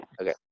Okay